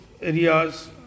areas